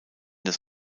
das